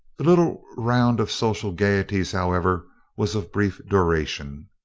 the little round of social gayeties, however, was of brief duration.